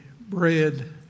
bread